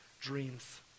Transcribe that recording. dreams